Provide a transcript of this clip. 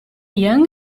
young